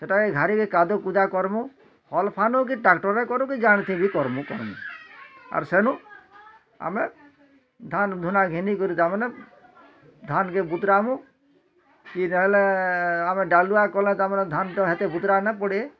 ସେଟାକେ ଘାଡ଼ିରେ କାଦ କୁଦା କର୍ମୁଁ ହଳ ଫାନ କି ଟ୍ରାକ୍ଟର୍ରେ କରୁ କି ଯାହାଁ ଥିରେ କର୍ମୁଁ କର୍ମୁଁ ଆର୍ ସେନୁ ଆମେ ଧାନ୍ ଧୁନା ଘିନି କରି ତାମାନେ ଧାନ୍କେ ବୁତୁରାବୁଁ ଇଟା ହେଲା ଆମେ ଡାଳୁଆ କଲେ ତ ଆମର୍ ଧାନ୍ ହେତେ ତ ବୁତୁରା ନା ପଡ଼େ